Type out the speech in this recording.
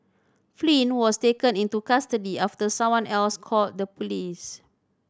Flynn was taken into custody after someone else called the police